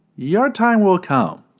your time will come.